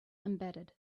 embedded